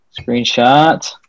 Screenshot